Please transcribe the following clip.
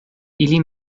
ili